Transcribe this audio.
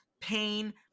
pain